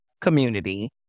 community